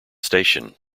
station